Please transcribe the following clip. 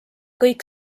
kõik